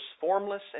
formless